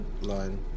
line